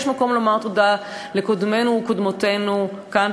יש מקום לומר תודה לקודמינו וקודמותינו כאן,